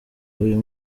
uyu